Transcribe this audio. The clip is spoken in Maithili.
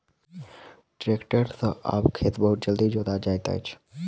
ट्रेक्टर सॅ आब खेत बहुत जल्दी जोता जाइत अछि